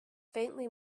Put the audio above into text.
faintly